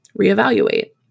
reevaluate